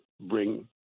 bring